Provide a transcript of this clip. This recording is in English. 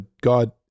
god